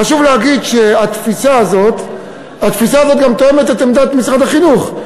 חשוב להגיד שהתפיסה הזאת גם תואמת את עמדת משרד החינוך.